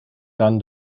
gan